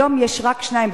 כיום יש שניים,